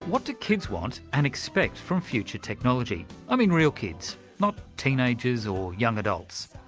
what do kids want and expect from future technology? i mean real kids, not teenagers or young adults.